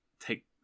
take